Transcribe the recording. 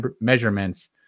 measurements